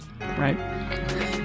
Right